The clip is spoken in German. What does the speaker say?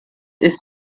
ist